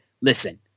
listen